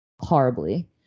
horribly